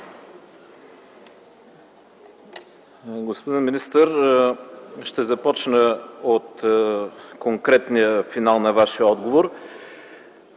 Господин министър, аз ще започна от конкретния финал на Вашия отговор.